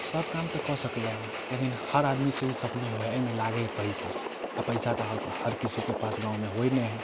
सब काम तऽ कऽ सकलै हँ लेकिन हर आदमी से ई सब नहि होइ हइ एहिमे लागै हइ पैसा आ पैसा तऽ हर किसीके पास गाँव मे होइ नहि हइ